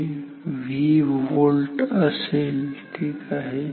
हे V volt असेल ठीक आहे